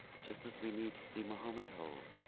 just as we need to see muhammad whole,